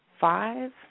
five